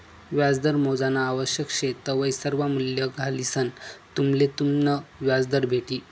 व्याजदर मोजानं आवश्यक शे तवय सर्वा मूल्ये घालिसंन तुम्हले तुमनं व्याजदर भेटी